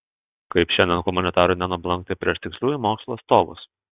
kaip šiandien humanitarui nenublankti prieš tiksliųjų mokslų atstovus